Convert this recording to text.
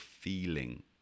feeling